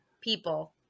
people